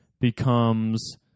becomes